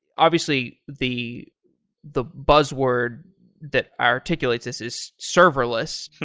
obviously, the the buzz word that articulates this is serverless,